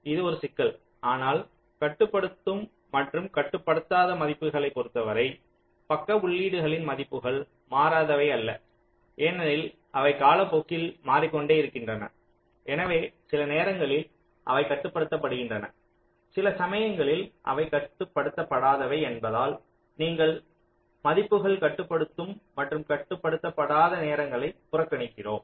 இது ஒரு சிக்கல் ஆனால் கட்டுப்படுத்தும் மற்றும் கட்டுப்படுத்தாத மதிப்புகளைப் பொறுத்தவரை பக்க உள்ளீடுகளின் மதிப்புகள் மாறாதவை அல்ல ஏனெனில் அவை காலப்போக்கில் மாறிக்கொண்டே இருக்கின்றன எனவே சில நேரங்களில் அவை கட்டுப்படுத்துகின்றன சில சமயங்களில் அவை கட்டுப்படுத்தப்படாதவை என்பதால் நீங்கள் மதிப்புகள் கட்டுப்படுத்தும் மற்றும் கட்டுப்படுத்தப்படாத நேரங்களை புறக்கணிக்கிறோம்